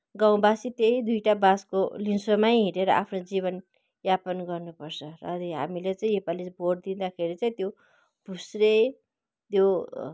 गाउँबासी त्यहीँ दुईवटा बाँसको लिसोमै हिँडेर आफ्नो जीवनयापन गर्नुपर्छ तर हामीले चाहिँ योपालि भोट दिँदाखेरि चाहिँ त्यो फुस्रे त्यो